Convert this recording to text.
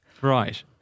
Right